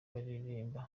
baririmba